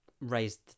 raised